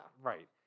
Right